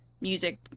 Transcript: music